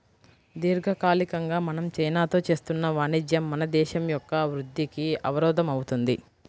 దీర్ఘకాలికంగా మనం చైనాతో చేస్తున్న వాణిజ్యం మన దేశం యొక్క వృద్ధికి అవరోధం అవుతుంది